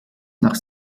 nach